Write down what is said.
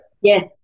Yes